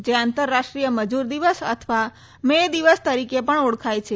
જે આંતરરાષ્ટ્રીય મજૂર દિવસ અથવા મે દિવસ તરીકે પણ ઓળખાય છે